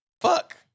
Fuck